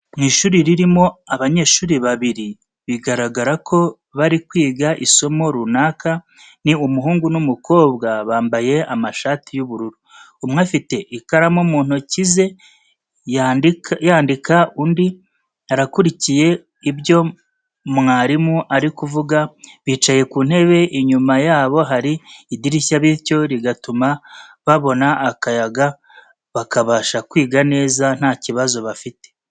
Mu ishuri ririmo Abanyeshuri babiri bigaragara ko bari kwiga Isomo runaka ni Umuhungu n'umukobwa bambaye Amashati y'ubururu. Umwe afite ikaramu mu ntoki ze yandika undi arakurikiye ibyo mwarimu arikuvuga bicaye ku ntebe inyuma yabo hari idirishya bityo rigatuma babona akayaga bakabasha kwiga neza ntakibazo bafite.